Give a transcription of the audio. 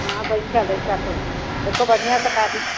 हाँ देखो बढ़िया से काटना